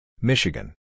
Michigan